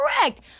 correct